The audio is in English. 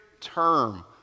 term